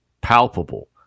palpable